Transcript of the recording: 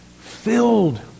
Filled